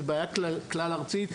שהיא בעיה כלל ארצית.